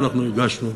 שאנחנו הגשנו,